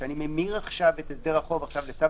כשאני ממיר עכשיו את הסדר החוב לצו